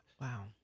Wow